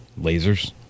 Lasers